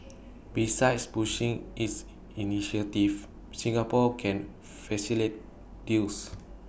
besides pushing its initiatives Singapore can facilitate deals